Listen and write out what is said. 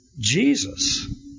Jesus